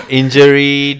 injury